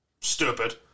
stupid